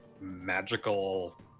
magical